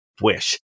Wish